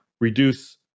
reduce